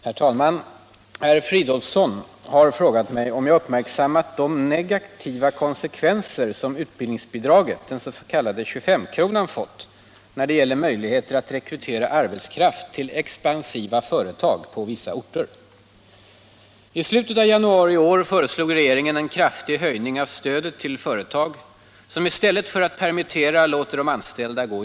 Herr talman! Herr Fridolfsson har frågat mig om jag har uppmärksammat de negativa konsekvenser som utbildningsbidraget, den s.k. 25 kronan, fått när det gäller möjligheter att rekrytera arbetskraft till expansiva företag på vissa orter.